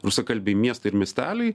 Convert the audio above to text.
rusakalbiai miestai ir miesteliai